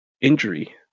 injury